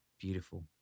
Beautiful